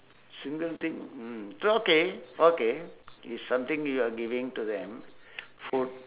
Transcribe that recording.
single thing mm it's okay okay it's something you are giving to them for